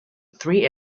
three